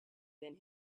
than